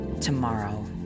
tomorrow